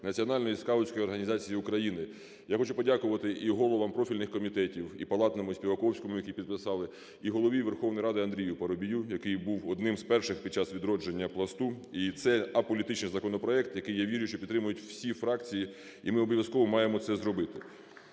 Національної скаутської організації України. Я хочу подякувати і головам профільних комітетів, і Палатному, і Співаковському, які підписали, і Голові Верховної Ради Андрію Парубію, який був одним з перших під час відродження "Пласту". І це аполітичний законопроект, який, я вірю, що підтримають всі фракції, і ми обов'язково маємо це зробити.